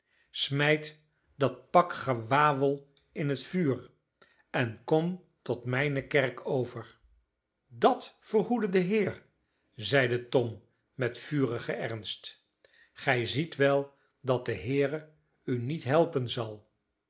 smijt dat pak gewawel in het vuur en kom tot mijne kerk over dat verhoede de heere zeide tom met vurigen ernst gij ziet wel dat de heere u niet helpen zal